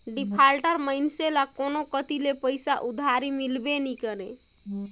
defaulter मइनसे ल कोनो कती ले पइसा उधारी मिलबे नी करे